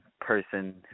person